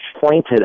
pointed